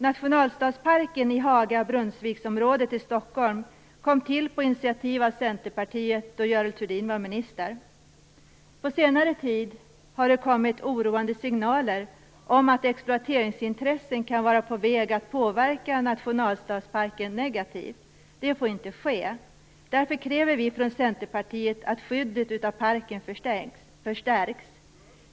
Nationalstadsparken i Haga och Brunnsviksområdet i Stockholm kom till på initiativ av Centerpartiet då Görel Thurdin var minister. På senare tid har det kommit oroande signaler om att exploateringsintressen kan vara på väg att påverka nationalstadsparken negativt. Det får inte ske. Därför kräver vi från Centerpartiet att skyddet av parken förstärks.